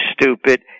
stupid